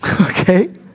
Okay